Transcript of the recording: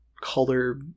color